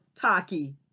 Taki